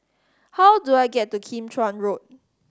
how do I get to Kim Chuan Road